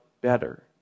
better